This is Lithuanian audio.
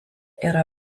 yra